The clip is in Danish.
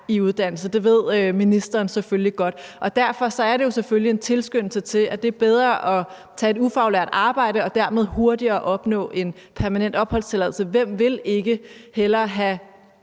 i uddannelse. Det ved ministeren selvfølgelig godt. Og derfor er det selvfølgelig en tilskyndelse til, at det er bedre at tage et ufaglært arbejde og dermed hurtigere opnå en permanent opholdstilladelse. Hvem vil ikke hellere have